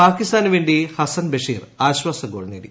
പാകിസ്ഥാനുവേണ്ടി ഹസൻ ബഷീർ ആശ്വാസ ഗോൾ നേടി